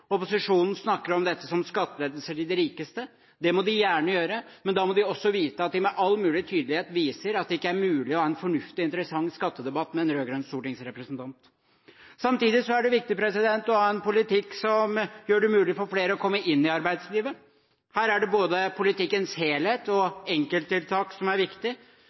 Opposisjonen snakker om dette som skattelettelser til de rikeste. Det må de gjerne gjøre, men da må de også vite at de med all mulig tydelighet viser at det ikke er mulig å ha en fornuftig og interessant skattedebatt med en rød-grønn stortingsrepresentant. Samtidig er det viktig å ha en politikk som gjør det mulig for flere å komme inn i arbeidslivet. Her er det både politikkens helhet og enkelttiltak som er viktig.